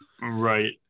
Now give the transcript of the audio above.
right